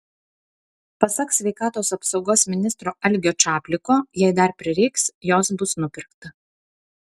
pasak sveikatos apsaugos ministro algio čapliko jei dar prireiks jos bus nupirkta